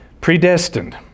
Predestined